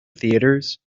theatres